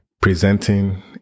presenting